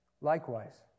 Likewise